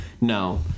No